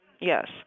Yes